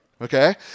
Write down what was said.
Okay